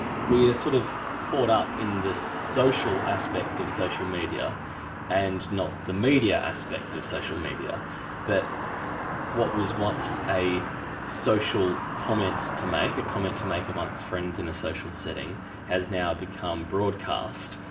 we are sort of caught up in the social aspect of social media and not the media aspect of social media that what was once a social comment to make, a comment to make amongst friends in a social setting has now become broadcast,